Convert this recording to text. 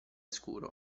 scuro